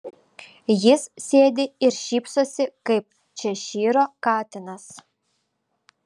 jis sėdi ir šypsosi kaip češyro katinas